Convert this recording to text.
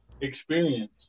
Experience